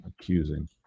accusing